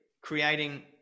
creating